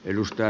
edustaja